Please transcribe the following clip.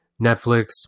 Netflix